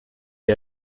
sie